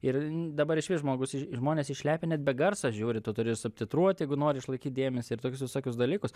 ir dabar išvis žmogus i žmonės išlepę net be garso žiūri tu turi subtitruot jeigu nori išlaikyt dėmesį ir tokius visokius dalykus